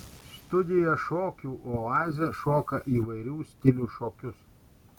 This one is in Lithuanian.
studija šokių oazė šoka įvairių stilių šokius